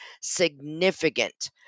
significant